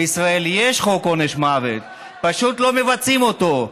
בישראל יש חוק עונש מוות, פשוט לא מבצעים אותו.